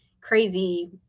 crazy